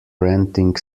renting